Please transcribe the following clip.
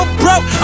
broke